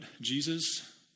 Jesus